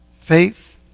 Faith